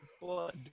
blood